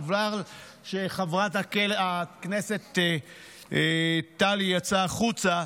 חבל שחברת הכנסת טלי יצאה החוצה.